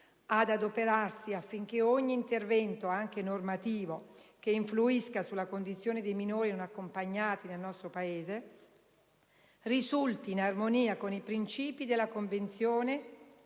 «ad adoperarsi affinché ogni intervento, anche normativo, che influisca sulla condizione dei minori non accompagnati nel nostro Paese, risulti in armonia con i principi della Convenzione